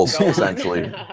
essentially